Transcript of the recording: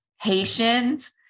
Haitians